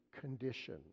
condition